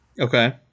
Okay